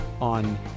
on